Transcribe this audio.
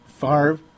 Favre